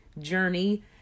journey